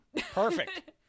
Perfect